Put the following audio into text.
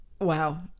Wow